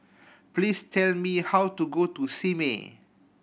please tell me how to go to Simei